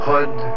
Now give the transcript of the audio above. Hood